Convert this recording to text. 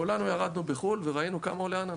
כולנו ירדנו בחו"ל וראינו כמה עולה אננס.